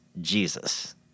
Jesus